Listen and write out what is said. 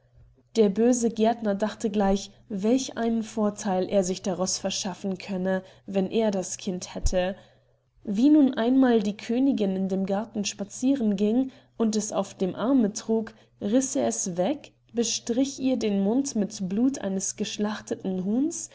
der böse gärtner dachte gleich welch einen vortheil er sich daraus verschaffen könnte wenn er das kind hätte wie nun einmal die königin in dem garten spazieren ging und es auf dem arme trug riß er es weg bestrich ihr den mund mit blut eines geschlachteten huhns